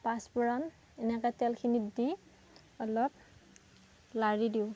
পাঁচফোৰণ এনেকৈ তেলখিনিত দি অলপ লাৰি দিওঁ